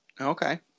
Okay